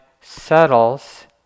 settles